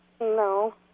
No